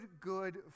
good